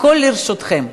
הכול לרשותכם.